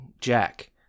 Jack